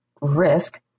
risk